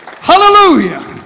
Hallelujah